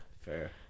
fair